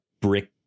brick